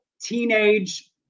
teenage